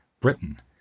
Britain